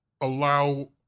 allow